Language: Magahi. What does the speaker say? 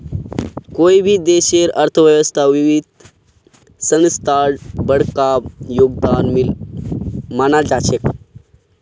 कोई भी देशेर अर्थव्यवस्थात वित्तीय संस्थार बडका योगदान मानाल जा छेक